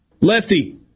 Lefty